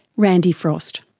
randy frost.